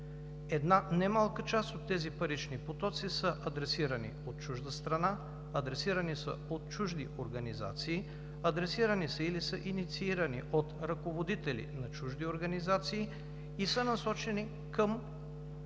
една немалка част от тези парични потоци са адресирани от чужда страна, адресирани са от чужди организации, адресирани са или са инициирани от ръководители на чужди организации и са насочени към